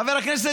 חבר הכנסת,